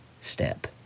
step